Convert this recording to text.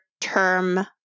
term